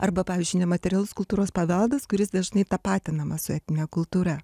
arba pavyzdžiui nematerialus kultūros paveldas kuris dažnai tapatinamas su etnine kultūra